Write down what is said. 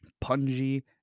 pungy